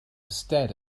stared